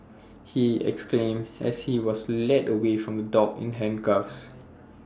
he exclaimed as he was led away from the dock in handcuffs